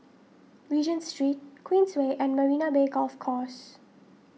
Regent Street Queensway and Marina Bay Golf Course